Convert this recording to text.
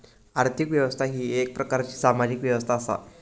आर्थिक व्यवस्था ही येक प्रकारची सामाजिक व्यवस्था असा